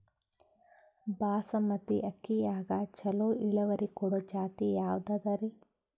ಬಾಸಮತಿ ಅಕ್ಕಿಯಾಗ ಚಲೋ ಇಳುವರಿ ಕೊಡೊ ಜಾತಿ ಯಾವಾದ್ರಿ?